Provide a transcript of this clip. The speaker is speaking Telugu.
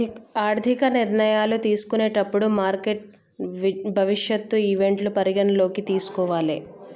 ఆర్థిక నిర్ణయాలు తీసుకునేటప్పుడు మార్కెట్ భవిష్యత్ ఈవెంట్లను పరిగణనలోకి తీసుకోవాలే